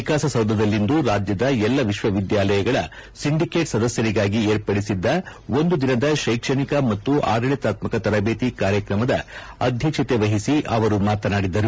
ವಿಕಾಸಸೌಧದಲ್ಲಂದು ರಾಜ್ಯದ ಎಲ್ಲಾ ವಿಶ್ವವಿದ್ಯಾಲಯಗಳ ಸಂಡಿಕೇವ್ ಸದಸ್ಯರಿಗಾಲಿ ಏರ್ಪಡಿಸಿದ್ದ ಒಂದು ದಿನದ ಶೈಕ್ಷಣಿಕ ಮತ್ತು ಆಡಳತಾತ್ಶಕ ತರಬೇತಿ ಕಾರ್ಯಕ್ರಮದ ಅಧ್ಯಕ್ಷತೆ ವಹಿಸಿ ಅವರು ಮಾತನಾಡಿದರು